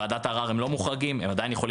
מוועדת ערר הם לא מוחרגים, הם עדיין יכולים לערער.